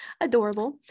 adorable